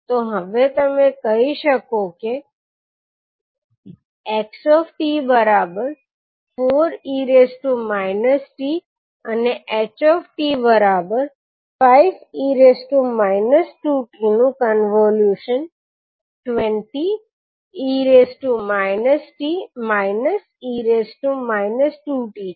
તો હવે તમે કહી શકો કે 𝑥𝑡 4𝑒−𝑡 અને ℎ𝑡 5 𝑒−2𝑡 નું કોન્વોલ્યુશન 20𝑒−𝑡 − 𝑒−2𝑡 છે